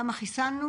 ישנם